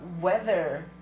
weather